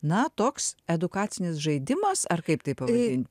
na toks edukacinis žaidimas ar kaip tai pavadint